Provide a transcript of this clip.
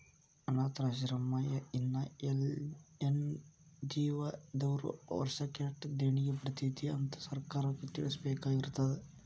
ಅನ್ನಾಥಾಶ್ರಮ್ಮಾ ಇಲ್ಲಾ ಎನ್.ಜಿ.ಒ ದವ್ರು ವರ್ಷಕ್ ಯೆಸ್ಟ್ ದೇಣಿಗಿ ಬರ್ತೇತಿ ಅಂತ್ ಸರ್ಕಾರಕ್ಕ್ ತಿಳ್ಸಬೇಕಾಗಿರ್ತದ